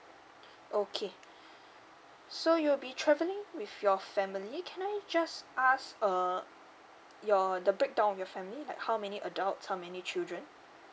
okay so you'll be traveling with your family can I just ask uh your the breakdown of your family like how many adult how many children